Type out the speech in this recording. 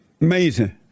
Amazing